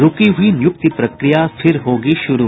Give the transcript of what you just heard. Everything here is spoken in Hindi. रूकी हुई नियुक्ति प्रक्रिया फिर होगी शुरू